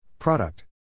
Product